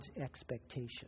expectation